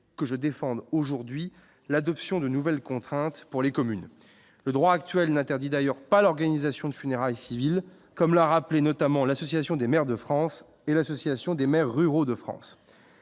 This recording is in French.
que je défende aujourd'hui l'adoption de nouvelles contraintes pour les communes, le droit actuel n'interdit d'ailleurs pas l'organisation de funérailles civiles comme l'a rappelé notamment l'Association des maires de France et l'association des maires ruraux de France